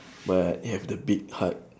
but it have the big heart